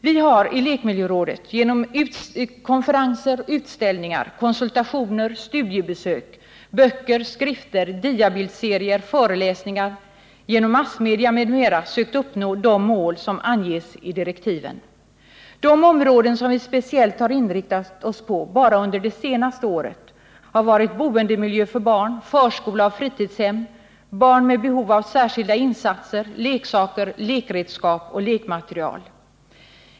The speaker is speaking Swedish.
Vi har i lekmiljörådet genom konferenser, utställningar, konsultationer, studiebesök, böcker, skrifter, diabildserier, föreläsningar, massmedia m.m. sökt uppnå de mål som anges i direktiven. De områden som vi speciellt har inriktat oss på bara under det senaste året har varit boendemiljö för barn, förskola och fritidshem,.barn med behov av särskilda insatser, leksaker, lekredskap och lekmateriel.